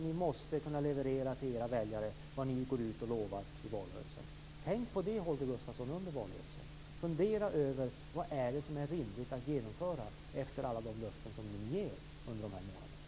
Ni måste ju kunna leverera till era väljare vad ni lovar i valrörelsen. Tänk på det under valrörelsen, Holger Gustafsson. Fundera över vad som är rimligt att genomföra av alla de löften ni ger under dessa månader.